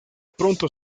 pronto